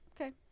okay